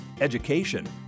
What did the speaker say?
education